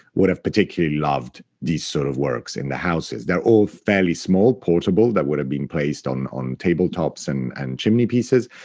would have particularly loved these sort of works in their houses. they're all fairly small, portable, that would have been placed on on tabletops and and chimneypieces.